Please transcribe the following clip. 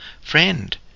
Friend